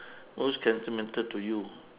most sentimental to you